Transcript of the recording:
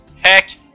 heck